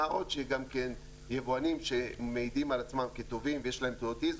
מה עוד שגם כן יבואנים שמעידים על עצמם כטובים ויש להם תעודת ISO,